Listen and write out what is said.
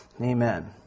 Amen